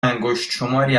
انگشتشماری